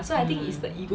mm